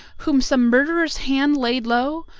whom some murderer's hand laid low!